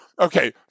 Okay